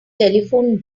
telephone